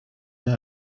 them